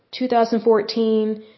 2014